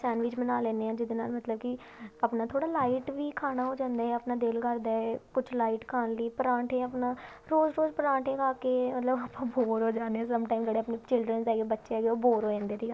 sandwich ਬਣਾ ਲੈਂਦੇ ਹਾਂ ਜਿਹਦੇ ਨਾਲ ਮਤਲਬ ਕਿ ਆਪਣਾ ਥੋੜ੍ਹਾ ਲਾਈਟ ਵੀ ਖਾਣਾ ਹੋ ਜਾਂਦਾ ਆ ਆਪਣਾ ਦਿਲ ਕਰਦਾ ਕੁਛ ਲਾਈਟ ਖਾਣ ਲਈ ਪਰਾਂਠੇ ਆਪਣਾ ਰੋਜ਼ ਰੋਜ਼ ਪਰਾਂਠੇ ਖਾ ਕੇ ਮਤਲਬ ਆਪਾਂ ਬੋਰ ਹੋ ਜਾਂਦੇ ਹਾਂ ਸਮਟਾਈਮ ਜਿਹੜੇ ਆਪਣੇ ਚਿਲਡਰਨਜ਼ ਹੈਗੇ ਬੱਚੇ ਹੈਗੇ ਉਹ ਬੋਰ ਹੋ ਜਾਂਦੇ ਠੀਕ ਆ